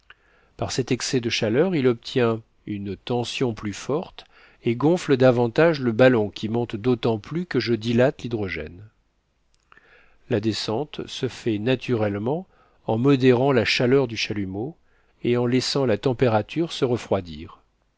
par cet excès de chaleur il obtient une tension plus forte et gonfle davantage le ballon qui monte d'autant plus que je dilate l'hydrogène la descente se fait naturellement en modérant la chaleur du chalumeau et en laissant la température se refroidir